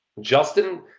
justin